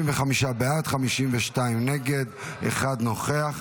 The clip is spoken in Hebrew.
35 בעד, 52 נגד, אחד נוכח.